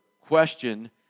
question